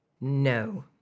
No